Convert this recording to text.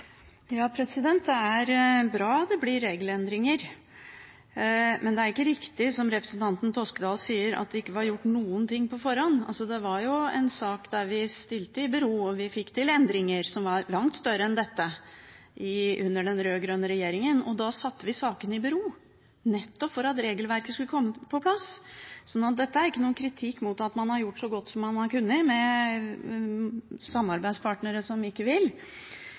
bra det blir regelendringer. Men det er ikke riktig, som representanten Toskedal sier, at det ikke var gjort noe på forhånd. Det var en situasjon der vi stilte saker i bero, og vi fikk til endringer som var langt større enn dette under den rød-grønne regjeringen. Da satte vi sakene i bero, nettopp for at regelverket skulle komme på plass. Så dette er ikke noen kritikk av at man har gjort så godt som man har kunnet med samarbeidspartnere som ikke vil.